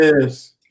yes